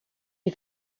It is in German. die